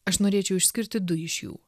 aš norėčiau išskirti du iš jų